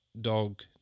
dog